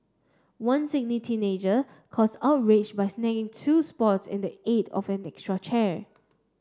one Sydney teenager caused outrage by snagging two spots in the aid of an extra chair